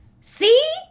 see